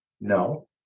No